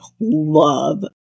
love